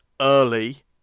Early